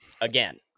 Again